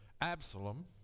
Absalom